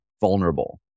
vulnerable